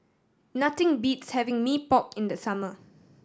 nothing beats having Mee Pok in the summer